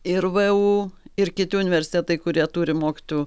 ir vu ir kiti universitetai kurie turi mokytojų